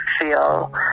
feel